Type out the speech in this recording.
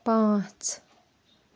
پانٛژھ